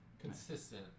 Consistent